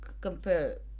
compare